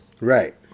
Right